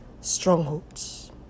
Strongholds